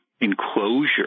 enclosure